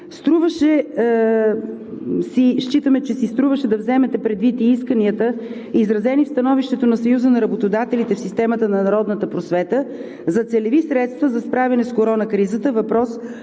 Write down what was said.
Считаме, че си струваше да вземете предвид и исканията, изразени в становището на Съюза на работодателите в системата на народната просвета за целеви средства за справяне с корона кризата – въпрос,